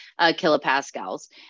kilopascals